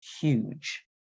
huge